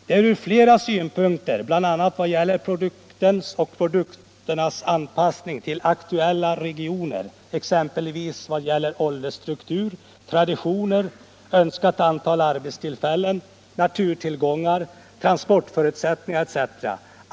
Det är från flera synpunkter, bl.a. i vad gäller produktens och produktionens anpassning till aktuella regioner — exempelvis i fråga om åldersstruktur, traditioner, önskat antal arbetstillfällen, naturtillgångar, transportförutsättningar etc.